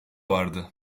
vardı